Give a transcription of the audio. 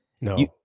No